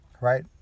right